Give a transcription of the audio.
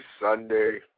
Sunday